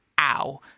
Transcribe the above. Ow